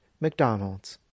McDonald's